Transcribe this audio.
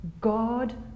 God